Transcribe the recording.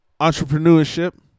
entrepreneurship